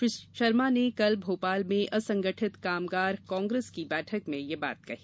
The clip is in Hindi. श्री शर्मा कल भोपाल में कांग्रेस असंगठित कामगार कांग्रेस की बैठक में यह बात कही